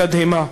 בתדהמה.